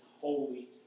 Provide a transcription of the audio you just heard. holy